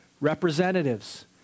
Representatives